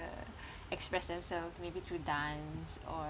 uh express themselves maybe through dance or